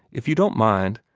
if you don't mind,